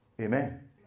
Amen